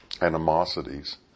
animosities